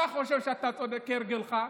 אתה חושב שאתה צודק, כהרגלך.